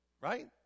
right